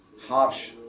harsh